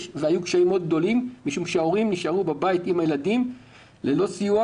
היו קשיים גדולים מאוד משום שההורים נשארו בבית עם הילדים ללא סיוע